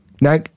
Now